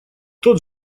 тот